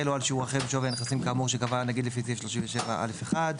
או על שיעור אחר משווי הנכסים כאמור שקבע הנגיד לפי סעיף 37(א)(1)".